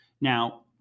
Now